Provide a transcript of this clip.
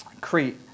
Crete